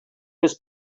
his